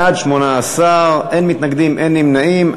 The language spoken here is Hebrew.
בעד, 18, אין מתנגדים ואין נמנעים.